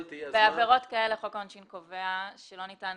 בעבירות האלה חוק העונשין קובע שלא ניתן